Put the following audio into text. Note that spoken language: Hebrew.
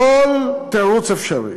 כל תירוץ אפשרי.